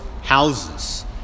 houses